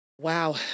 wow